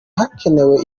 hakenewe